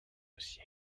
aussi